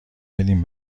بدین